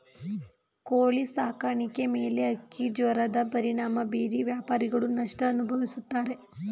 ಕೋಳಿ ಸಾಕಾಣಿಕೆ ಮೇಲೆ ಹಕ್ಕಿಜ್ವರದ ಪರಿಣಾಮ ಬೀರಿ ವ್ಯಾಪಾರಿಗಳು ನಷ್ಟ ಅನುಭವಿಸುತ್ತಾರೆ